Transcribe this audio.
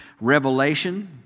Revelation